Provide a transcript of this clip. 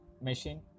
machine